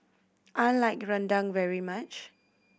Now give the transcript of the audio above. I like rendang very much